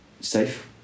safe